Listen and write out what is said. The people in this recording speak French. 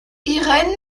irene